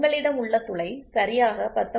உங்களிடம் உள்ள துளை சரியாக 19